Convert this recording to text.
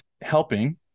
helping